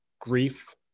grief